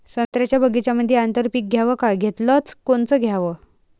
संत्र्याच्या बगीच्यामंदी आंतर पीक घ्याव का घेतलं च कोनचं घ्याव?